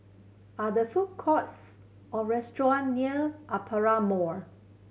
are the food courts or restaurant near Aperia Mall